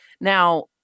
Now